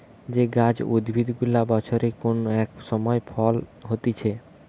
যে গাছ বা উদ্ভিদ গুলা বছরের কোন এক সময় ফল হতিছে